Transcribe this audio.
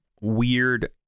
weird